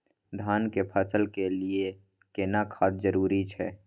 धान के फसल के लिये केना खाद जरूरी छै?